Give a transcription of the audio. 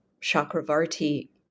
Chakravarti